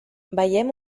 veiem